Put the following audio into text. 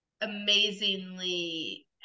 amazingly